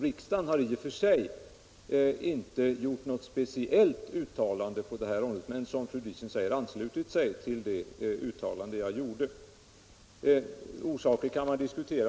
Riksdagen har i och för sig inte gjort något speciellt uttalande på det här området men, som fru Diesen säger, anslutit sig till det uttalande jag gjorde. Orsaker kan man diskutera.